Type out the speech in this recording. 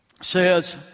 says